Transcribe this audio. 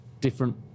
different